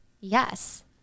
Yes